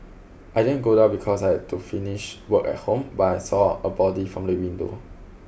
I didn't go down because I had to finish work at home but I saw a body from the window